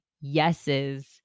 yeses